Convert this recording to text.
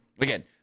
Again